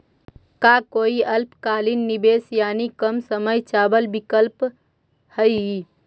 का कोई अल्पकालिक निवेश यानी कम समय चावल विकल्प हई?